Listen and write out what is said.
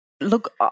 Look